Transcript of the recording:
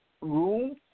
room